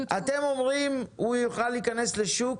אתם אומרים שהוא יוכל להיכנס לשוק